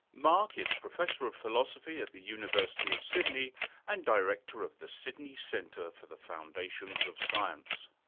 mark is professor of philosophy at the university of sydney and director of the sydney centre for the foundations of science.